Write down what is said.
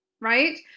right